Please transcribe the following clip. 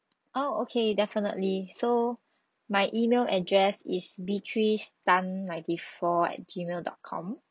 oh okay definitely so my email address is beatrice tan ninety four at gmail dot com